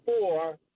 four